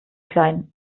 klein